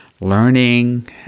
learning